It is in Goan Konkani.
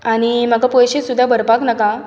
आनी म्हाका पयशें सूद्दां भरपाक नाका आं